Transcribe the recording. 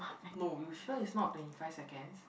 no you sure is not twenty five seconds